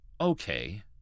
okay